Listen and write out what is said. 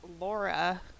Laura